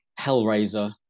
Hellraiser